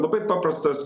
abai paprastasl